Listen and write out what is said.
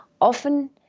often